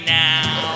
now